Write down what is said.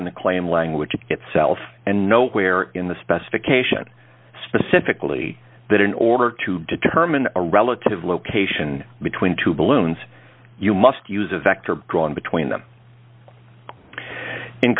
in the claim language itself and nowhere in the specification specifically that in order to determine a relative location between two balloons you must use a vector drawn between them in